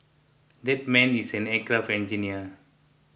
that man is an aircraft engineer